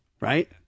Right